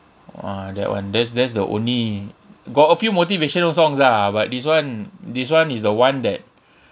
!wah! that [one] that's that's the only got a few motivational songs ah but this [one] this [one] is the one that